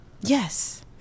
Yes